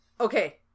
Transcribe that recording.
Okay